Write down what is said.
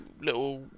little